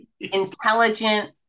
intelligent